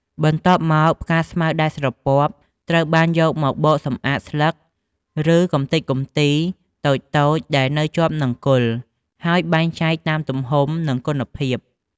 បន្ទាប់មកផ្កាស្មៅដែលស្រពាប់ ត្រូវបានយកមកបកសម្អាតស្លឹក ឬកម្ទេចកំទីតូចៗដែលជាប់នៅនឹងគល់ ហើយបែងចែកតាមទំហំ និងគុណភាព។